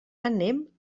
anem